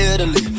Italy